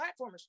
platformers